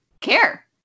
care